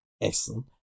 Excellent